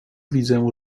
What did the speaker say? widzę